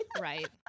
right